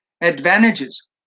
advantages